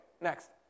next